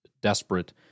desperate